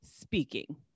speaking